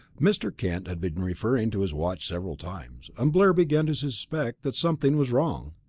mr. kent had been referring to his watch several times, and blair began to suspect that something was wrong.